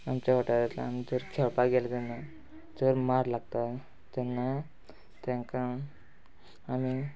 आमच्या हॉटेलांतल्यान जर खेळपाक गेले तेन्ना जर मार लागता तेन्ना तेंका आमी